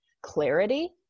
clarity